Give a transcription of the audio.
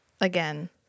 Again